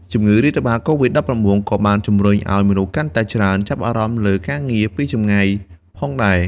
ជំងឺរាតត្បាតកូវីដ-១៩ ក៏បានជំរុញឱ្យមនុស្សកាន់តែច្រើនចាប់អារម្មណ៍លើការងារពីចម្ងាយផងដែរ។